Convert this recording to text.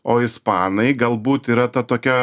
o ispanai galbūt yra ta tokia